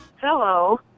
Hello